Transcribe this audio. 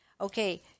Okay